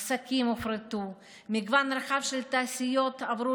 עסקים הופרטו ומגוון רחב של תעשיות עברו